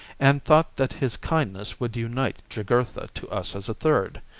and thought that his kindness would unite jugurtha to us as a third.